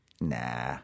nah